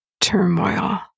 turmoil